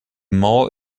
mall